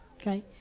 Okay